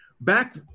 back